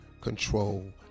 control